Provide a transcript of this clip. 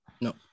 No